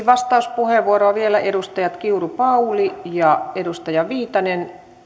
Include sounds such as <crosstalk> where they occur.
<unintelligible> vastauspuheenvuoro vielä edustaja kiuru pauli ja edustaja viitanen